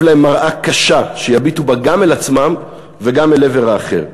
להם מראה קשה שיביטו בה גם אל עצמם וגם אל עבר האחר.